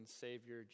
Savior